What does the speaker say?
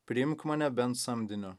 priimk mane bent samdiniu